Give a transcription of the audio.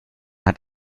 hat